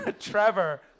Trevor